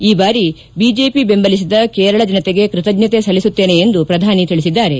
ಈ ಬಾರಿ ಬಿಜೆಪಿ ಬೆಂಬಲಿಸಿದ ಕೇರಳ ಜನತೆಗೆ ಕೃತಜ್ಞತೆ ಸಲ್ಲಿಸುತ್ತೇನೆ ಎಂದು ಪ್ರಧಾನಿ ತಿಳಿಸಿದ್ದಾರೆ